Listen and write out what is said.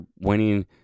winning